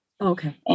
Okay